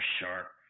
sharp